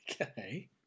Okay